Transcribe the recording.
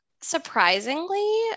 surprisingly